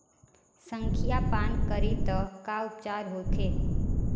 संखिया पान करी त का उपचार होखे?